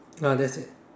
ah that's it